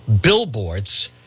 billboards